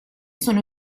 sono